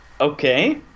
Okay